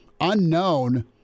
unknown